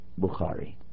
Bukhari